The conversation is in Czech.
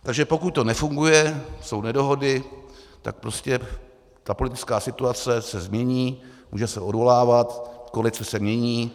Takže pokud to nefunguje, jsou nedohody, tak prostě politická situace se změní, může se odvolávat, koalice se mění.